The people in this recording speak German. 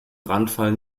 brandfall